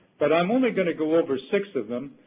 but i'm only going to go over six of them.